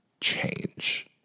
change